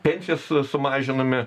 pensijas sumažinome